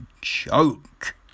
joke